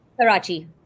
karachi